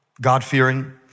God-fearing